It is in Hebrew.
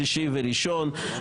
שישי וראשון.